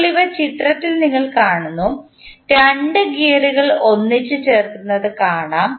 ഇപ്പോൾ ഇവ ചിത്രത്തിൽ ഞങ്ങൾ കാണുന്നു 2 ഗിയറുകൾ ഒന്നിച്ച് ചേർക്കുന്നത് കാണാം